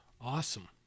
Awesome